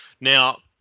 Now